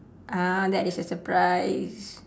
ah that is a surprise